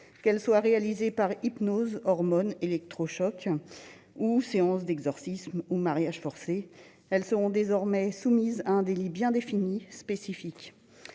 qu'elles soient réalisées par hypnose, hormones, électrochocs, séances d'exorcisme ou mariage forcé, celles-ci seront désormais constitutives d'un délit bien défini et spécifique,